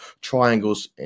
triangles